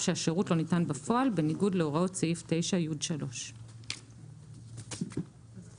שהשירות לא ניתן בפועל בניגוד להוראות סעיף 9י3'. בסדר.